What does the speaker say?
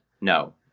No